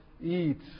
eat